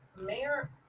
Mayor